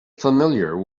familiar